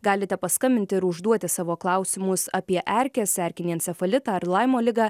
galite paskambinti ir užduoti savo klausimus apie erkes erkinį encefalitąar laimo ligą